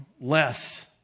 less